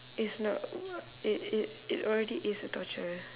is not it it it already is a torture